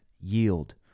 yield